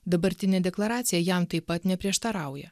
dabartinė deklaracija jam taip pat neprieštarauja